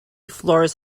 floors